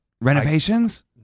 renovations